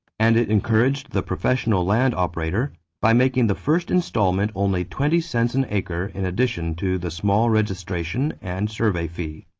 and it encouraged the professional land operator by making the first installment only twenty cents an acre in addition to the small registration and survey fee.